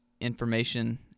information